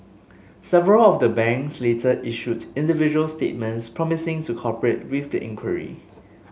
several of the banks later issued individual statements promising to cooperate with the inquiry